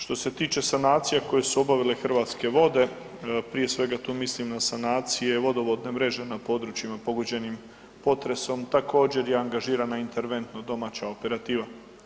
Što se tiče sanacija koje su obavile Hrvatske vode, prije svega tu mislim na sanacije vodovodne mreže na područjima pogođenim potresom također je angažirana interventno domaća operativa.